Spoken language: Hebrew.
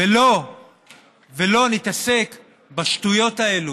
ולא נתעסק בשטויות האלה,